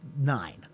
Nine